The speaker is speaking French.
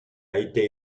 été